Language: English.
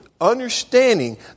understanding